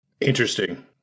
interesting